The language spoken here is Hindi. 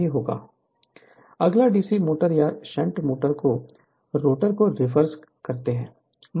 Refer Slide Time 1127 Refer Slide Time 1130 अगला डीसी मोटर या शंट मोटर के रोटेशन का रिवर्स है